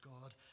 God